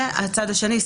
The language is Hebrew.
והצד השני,